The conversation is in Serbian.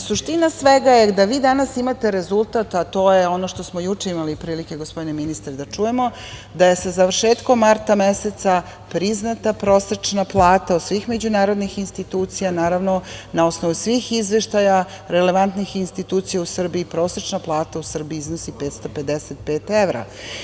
Suština svega je da vi danas imate rezultat, a to je ono što smo juče imali prilike, gospodine ministre da čujemo, da je sa završetkom marta meseca, priznata prosečna plata od svih međunarodnih institucija, naravno na osnovu svih izveštaja relevantnih institucija u Srbiji, prosečna plata u Srbiji iznosi 555 evra.